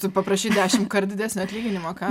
tu paprašei dešimtkart didesnio atlyginimo ką